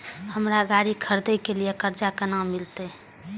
हमरा गाड़ी खरदे के लिए कर्जा केना मिलते?